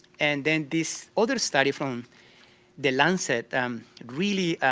and and this other study from the lancet really